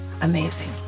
amazing